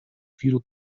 feudal